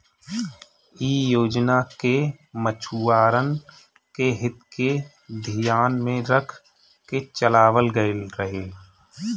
इ योजना के मछुआरन के हित के धियान में रख के चलावल गईल रहे